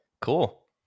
Cool